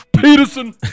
Peterson